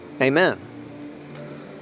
Amen